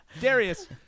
Darius